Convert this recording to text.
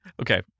Okay